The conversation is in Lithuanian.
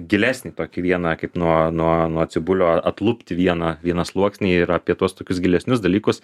gilesnį tokį vieną kaip nuo nuo nuo cibulio atlupti vieną vieną sluoksnį ir apie tuos tokius gilesnius dalykus